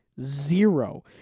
Zero